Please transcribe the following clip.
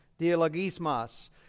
dialogismas